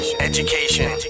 education